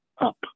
up